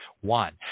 one